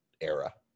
era